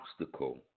obstacle